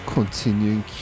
Continuing